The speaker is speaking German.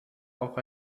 auch